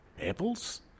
Apples